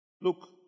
Look